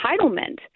entitlement